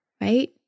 right